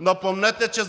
напомнете, че